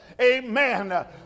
Amen